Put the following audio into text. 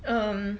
um